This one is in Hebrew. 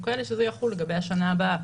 והיו כאלה שזה יחול לגבי השנה הבאה,